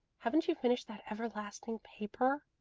haven't you finished that everlasting paper?